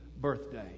birthday